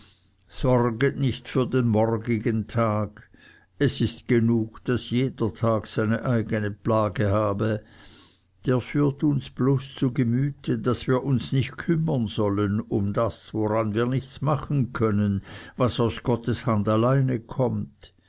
sorget nicht für den morgigen tag es ist genug daß jeder tag seine eigene plage habe der führt uns bloß zu gemüte daß wir uns nicht kümmern sollen um das woran wir nichts machen können was aus gottes hand alleine kommt